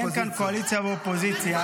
אין כאן קואליציה ואופוזיציה.